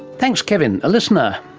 thanks kevin, a listener,